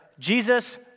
Jesus